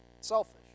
selfish